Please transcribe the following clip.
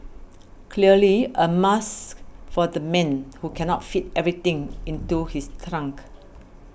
clearly a must for the man who cannot fit everything into his trunk